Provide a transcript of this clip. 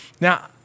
Now